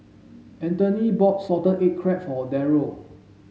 Anthoney bought salted egg crab for Derald